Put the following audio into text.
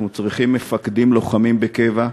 אנחנו צריכים מפקדים לוחמים בקבע,